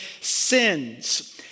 sins